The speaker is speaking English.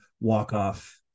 walk-off